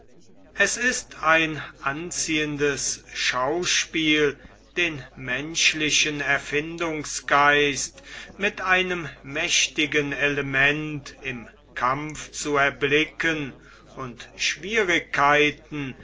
es ist ein anziehendes schauspiel den menschlichen erfindungsgeist mit einem mächtigen elemente im kampfe zu erblicken und schwierigkeiten